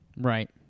Right